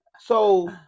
So-